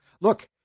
look